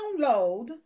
download